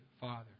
Father